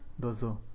dozo